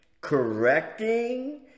correcting